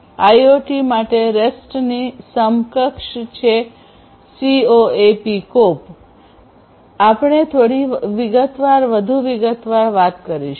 IoT માટે રેસ્ટની સમકક્ષ જે કોપ છે આપણે થોડી વિગતવાર વધુ વિગતવાર વાત કરીશું